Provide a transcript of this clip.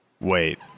wait